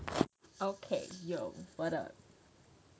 okay yo waddup